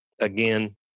again